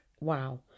wow